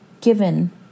given